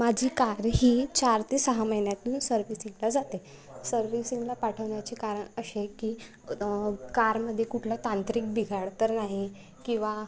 माझी कार ही चार ते सहा महिन्यातून सर्व्हिसिंगला जाते सर्व्हिसिंगला पाठवण्याचे कारण असे की कारमध्ये कुठलं तांत्रिक बिघाड तर नाही किंवा